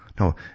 No